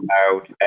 out